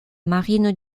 marine